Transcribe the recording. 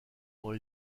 ont